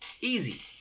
Easy